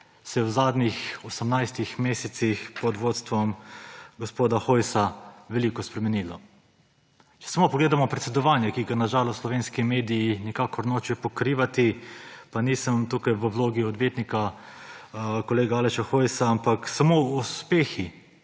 se je v zadnjih 18 mesecih pod vodstvom gospoda Hojsa veliko spremenilo. Če samo pogledamo predsedovanje, ki ga na žalost slovenski mediji nikakor nočejo pokrivati, pa nisem tukaj v vlogi odvetnika kolega Aleša Hojsa, ampak samo uspehi